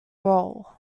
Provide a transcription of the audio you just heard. role